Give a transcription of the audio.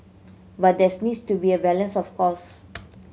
but there's needs to be a balance of course